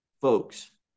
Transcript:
folks